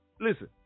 Listen